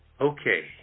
Okay